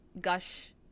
gush